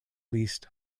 least